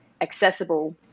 accessible